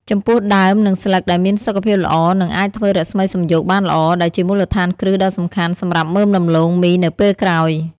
ចំពោះដើម និងស្លឹកដែលមានសុខភាពល្អនឹងអាចធ្វើរស្មីសំយោគបានល្អ ដែលជាមូលដ្ឋានគ្រឹះដ៏សំខាន់សម្រាប់មើមដំឡូងមីនៅពេលក្រោយ។